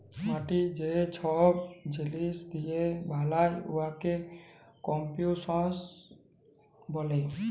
মাটি যে ছব জিলিস দিঁয়ে বালাল উয়াকে কম্পসিশল ব্যলে